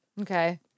Okay